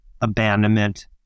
abandonment